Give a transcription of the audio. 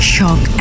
Shock